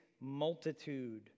multitude